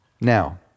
now